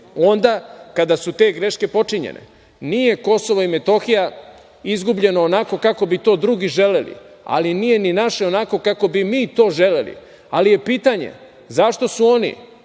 onda kada su te greške počinjene. Nije Kosovo i Metohija izgubljeno onako kako bi to drugi želeli, ali nije ni naše onako kako bi mi to želeli, ali je pitanje – zašto su oni